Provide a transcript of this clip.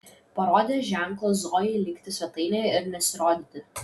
parodė ženklą zojai likti svetainėje ir nesirodyti